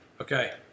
Okay